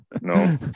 no